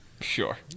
Sure